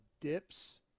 dips